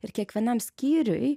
ir kiekvienam skyriuj